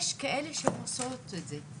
יש כאלה שעושות את זה,